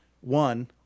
one